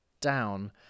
down